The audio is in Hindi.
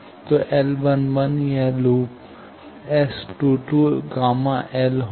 तो L यह लूप S 2 2 Γ L होगा